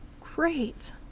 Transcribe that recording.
Great